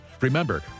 Remember